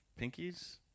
pinkies